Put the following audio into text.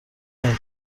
این